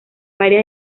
varias